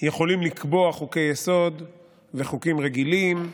יכולים לקבוע חוקי-יסוד וחוקים רגילים,